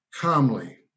calmly